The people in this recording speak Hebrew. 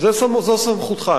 זו סמכותך.